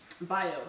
bio